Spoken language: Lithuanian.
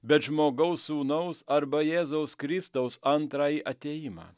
bet žmogaus sūnaus arba jėzaus kristaus antrąjį atėjimą